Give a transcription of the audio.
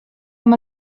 amb